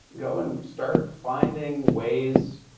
go and start finding ways.